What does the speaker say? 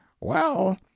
Well